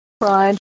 Pride